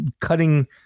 cutting